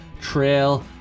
trail